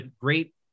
great